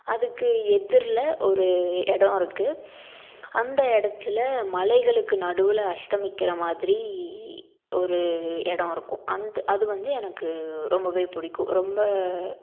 அதுக்கு எதிரில் ஒரு இடம் இருக்குது அந்த இடத்துல மலைகளுக்கு நடுவில் அஸ்தமிக்கிற மாதிரி ஒரு இடம் இருக்கும் அந் அது வந்து எனக்கு ரொம்பவே பிடிக்கும் ரொம்ப